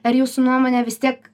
ar jūsų nuomone vis tiek